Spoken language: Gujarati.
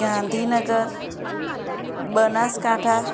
ગાંધીનગર બનાસકાંઠા